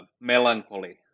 melancholy